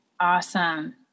Awesome